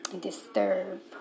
disturb